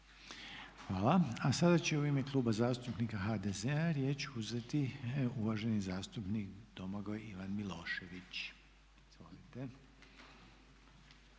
Hvala. A sada će u ime Kluba zastupnika HDZ-a riječ uzeti uvaženi zastupnik Domagoj Ivan Milošević.